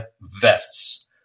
vests